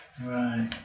Right